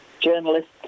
journalists